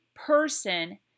person